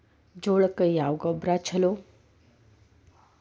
ಜೋಳಕ್ಕ ಯಾವ ಗೊಬ್ಬರ ಛಲೋ?